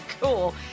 Cool